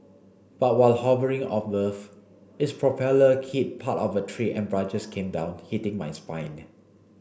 but while hovering above its propeller hit part of a tree and branches came down hitting my spine